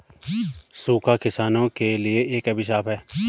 सूखा किसानों के लिए एक अभिशाप है